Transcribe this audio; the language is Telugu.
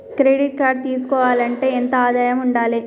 క్రెడిట్ కార్డు తీసుకోవాలంటే ఎంత ఆదాయం ఉండాలే?